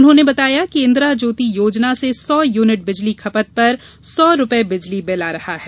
उन्होंने बताया कि इंदिरा ज्योति योजना से सौ यूनिट बिजली खपत पर सौ रुपये बिजली बिल आ रहा है